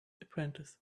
apprentice